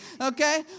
okay